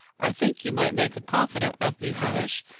i think you might make a confidant of me, hamish.